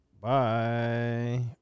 Bye